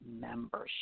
membership